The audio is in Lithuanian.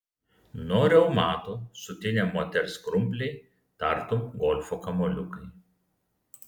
nuo reumato sutinę moters krumpliai tartum golfo kamuoliukai